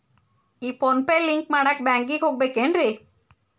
ಈ PhonePe link ಮಾಡಾಕ ಬ್ಯಾಂಕಿಗೆ ಹೋಗ್ಬೇಕೇನ್ರಿ?